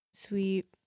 Sweet